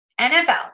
NFL